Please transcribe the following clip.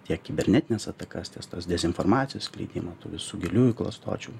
tiek kibernetines atakas ties tos dezinformacijos plitimą tų visų giliųjų klastočių